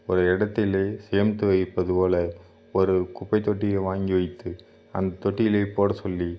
ஒரு இடத்திலே சேமித்து வைப்பது போல் ஒரு குப்பைத்தொட்டியை வாங்கி வைத்து அந்த தொட்டியில் போடச்சொல்லி